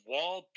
Wall